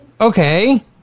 Okay